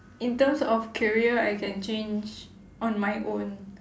in terms of career I can change on my own